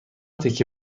تکه